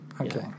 Okay